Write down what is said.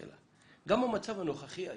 במצב הנוכחי היום,